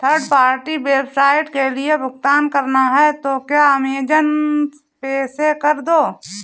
third party website के लिए भुगतान करना है तो क्या अमेज़न पे से कर दो